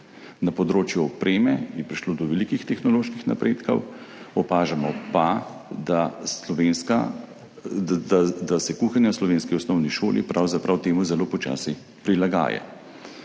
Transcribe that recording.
Na področju opreme je prišlo do velikih tehnoloških napredkov, opažamo pa, da se kuhinja v slovenski osnovni šoli pravzaprav temu zelo počasi prilagaja.